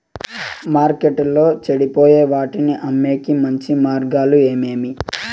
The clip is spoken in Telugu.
మార్కెట్టులో చెడిపోయే వాటిని అమ్మేకి మంచి మార్గాలు ఏమేమి